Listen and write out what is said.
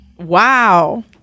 wow